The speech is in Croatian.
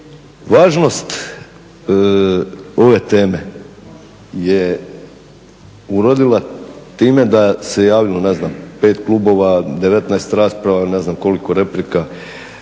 Važnost ove teme je urodila time da se javilo ne znam 5 klubova, 19 rasprava, ne znam koliko replika.